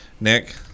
Nick